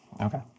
Okay